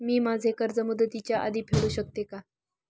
मी माझे कर्ज मुदतीच्या आधी फेडू शकते का?